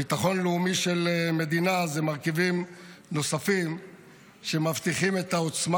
ביטחון לאומי של מדינה הוא מרכיבים נוספים שמבטיחים את העוצמה